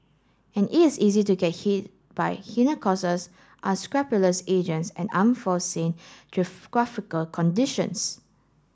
and it is easy to get hit by hidden unscrupulous agents and unforeseen geographical conditions